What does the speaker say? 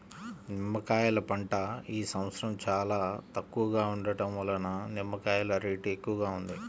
నిమ్మకాయల పంట ఈ సంవత్సరం చాలా తక్కువగా ఉండటం వలన నిమ్మకాయల రేటు ఎక్కువగా ఉంది